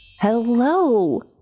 hello